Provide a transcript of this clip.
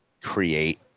create